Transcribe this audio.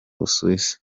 busuwisi